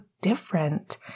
different